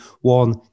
one